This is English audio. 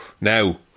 Now